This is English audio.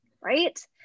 right